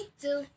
two